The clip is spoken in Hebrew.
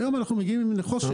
היום אנחנו מגיעים עם נחושת.